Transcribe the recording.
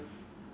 ya